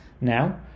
now